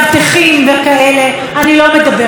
אני גם לא מדברת על האיזוק האלקטרוני,